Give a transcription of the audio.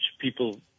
People